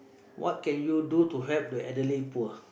what can you do to help the elderly poor